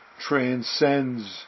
transcends